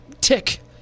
tick